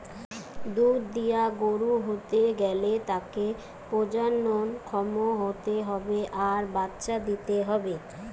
দুধ দিয়া গরু হতে গ্যালে তাকে প্রজনন ক্ষম হতে হবে আর বাচ্চা দিতে হবে